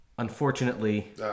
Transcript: Unfortunately